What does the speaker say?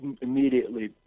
immediately